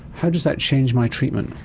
how does that change my treatment?